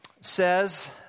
says